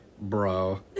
Bro